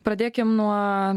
pradėkim nuo